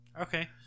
Okay